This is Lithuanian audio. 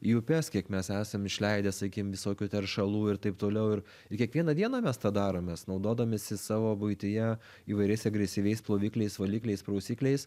į upes kiek mes esam išleidę sakykim visokių teršalų ir taip toliau ir ir kiekvieną dieną mes tą daromės naudodamiesi savo buityje įvairiais agresyviais plovikliais valikliais prausikliais